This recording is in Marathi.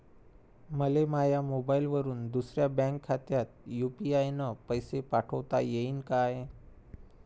मले माह्या मोबाईलवरून दुसऱ्या बँक खात्यात यू.पी.आय न पैसे पाठोता येईन काय?